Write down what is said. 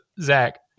Zach